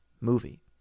movie